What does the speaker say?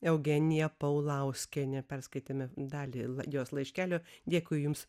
eugenija paulauskienė perskaitėme dalį jos laiškelių dėkui jums